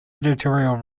editorial